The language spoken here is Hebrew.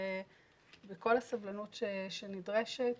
ובכל הסבלנות שנדרשת.